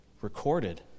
recorded